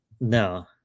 no